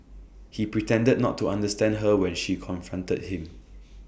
he pretended not to understand her when she confronted him